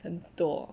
很多